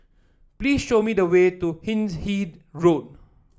please show me the way to Hindhede Road